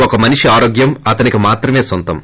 ఒక మనిషి ఆరోగ్యం ఆతనికి మాత్రమే నొంతం